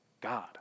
god